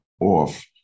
off